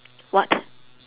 what